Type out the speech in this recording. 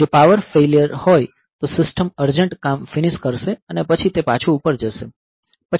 જો power fail હોય તો સિસ્ટમ અર્જન્ટ કામ ફિનિશ કરશે અને પછી તે પાછું ઉપર જશે પછી તે શટ ડાઉન થઈ જશે